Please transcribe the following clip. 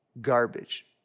garbage